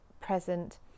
present